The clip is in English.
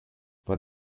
but